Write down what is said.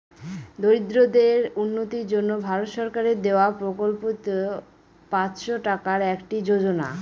দরিদ্রদের উন্নতির জন্য ভারত সরকারের দেওয়া প্রকল্পিত পাঁচশো টাকার একটি যোজনা